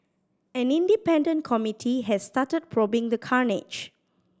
an independent committee has started probing the carnage